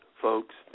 folks